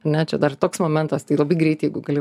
ar ne čia dar ir toks momentas tai labai greit jeigu gali